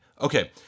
Okay